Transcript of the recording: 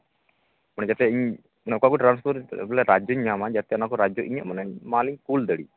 ᱢᱟᱱᱮ ᱡᱟᱛᱮ ᱤᱧ ᱚᱠᱟᱠᱚ ᱴᱨᱟᱱᱥᱯᱳᱨᱴ ᱨᱟᱡᱽᱡᱚᱧ ᱧᱟᱢᱟ ᱚᱱᱟᱠᱚ ᱴᱨᱟᱱᱥᱯᱳᱨᱴ ᱨᱟᱡᱽᱡᱚ ᱢᱟᱱᱮ ᱢᱟᱞᱤᱧ ᱠᱩᱞ ᱫᱟᱲᱮᱜ